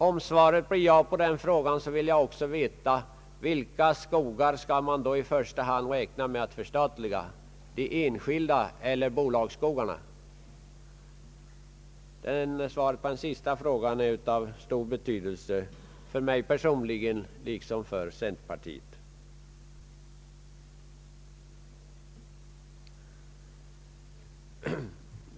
Om svaret blir ja på den frågan, vill jag också veta vilka skogar man i första hand räknar med att förstatliga — de enskilda skogarna eller bolagsskogarna. Svaret på den sista frågan är av stor betydelse för mig personligen liksom för centerpartiet.